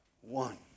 one